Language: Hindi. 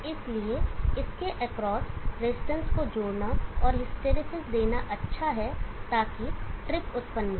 इसलिए इसके एक्रॉस रजिस्टेंस को जोड़ना और हिस्टैरिसीस देना अच्छा है ताकि ट्रिप उत्पन्न हो